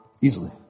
Easily